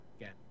again